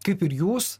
kaip ir jūs